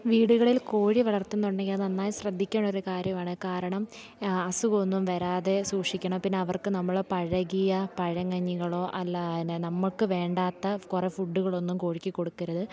വീടുകളിൽ കോഴി വളർത്തുന്നുണ്ടെങ്കിൽ അത് നന്നായി ശ്രദ്ധിക്കേണ്ട ഒരു കാര്യമാണ് കാരണം അസുഖം ഒന്നും വരാതെ സൂക്ഷിക്കണം പിന്നെ അവർക്ക് നമ്മളെ പഴകിയ പഴങ്കഞ്ഞികളോ അല്ല പിന്നെ നമുക്ക് വേണ്ടാത്ത കുറെ ഫുഡുകളൊന്നും കോഴിക്ക് കൊടുക്കരുത്